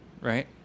right